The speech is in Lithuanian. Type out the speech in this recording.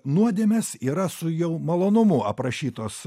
nuodėmes yra su jau malonumu aprašytos